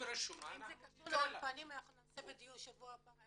אם זה קשור לאולפנים אנחנו נעשה דיון בשבוע הבא.